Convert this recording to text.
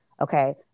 okay